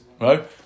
Right